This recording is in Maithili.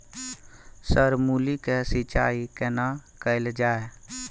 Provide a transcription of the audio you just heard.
सर मूली के सिंचाई केना कैल जाए?